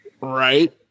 Right